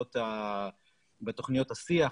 בתוכניות השיח,